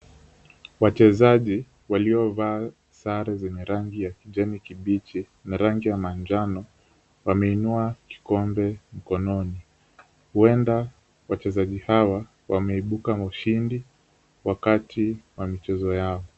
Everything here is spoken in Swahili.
Wachezaji waliovaa sare zenye rangi ya kijani kibichi na rangi ya manjano wameinua kikombe mkononi huenda wachezaji hawa wameibuka washindi wakati wa michezo yao.